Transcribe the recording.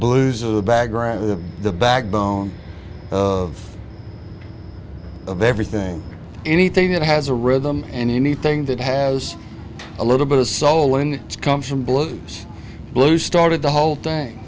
blues of the background the the backbone of everything anything that has a rhythm and anything that has a little bit of soul and comes from blues blues started the whole thing